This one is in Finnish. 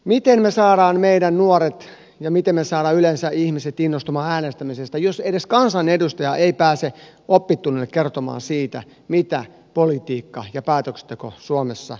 miten me saamme meidän nuoremme ja miten me saamme yleensä ihmiset innostumaan äänestämisestä jos edes kansanedustaja ei pääse oppitunnille kertomaan siitä mitä politiikka ja päätöksenteko suomessa on